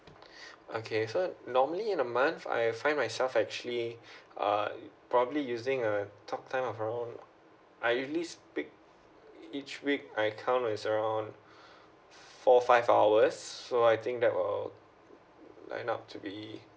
okay so normally in a month I find myself actually um probably using uh talk time of probably I usually speak each week I count is around four five hours so I think that will right up to be